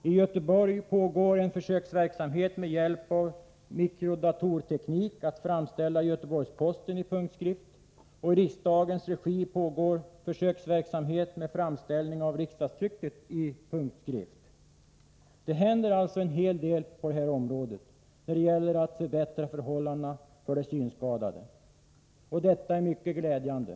I Göteborg pågår en försöksverksamhet med att med hjälp av mikrodatorteknik framställa Göteborgs-Posten i punktskrift. I riksdagens regi pågår försöksverksamhet med framställning av riksdagstrycket i punktskrift. Det händer alltså en hel del på detta område för att förbättra förhållandena för de synskadade. Detta är mycket glädjande.